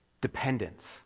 dependence